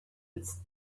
its